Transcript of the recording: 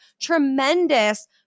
tremendous